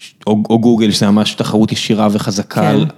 או גוגל זה ממש תחרות ישירה וחזקה. כן